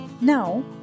Now